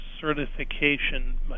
certification